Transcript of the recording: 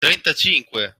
trentacinque